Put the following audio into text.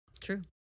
True